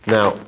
Now